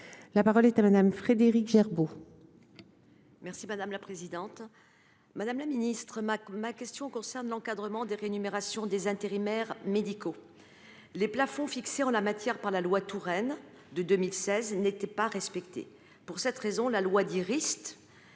La parole est à Mme Frédérique Gerbaud,